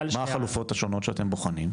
מה החלופות השונות שאתם בוחנים?